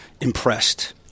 impressed